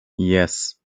yes